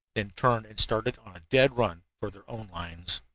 then turned and started on a dead run for their own lines.